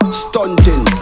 stunting